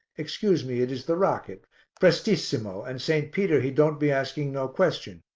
excuse me, it is the rocket prestissimo and st. peter he don't be asking no question.